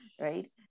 right